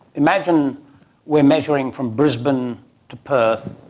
imagine we are measuring from brisbane to perth,